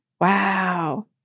Wow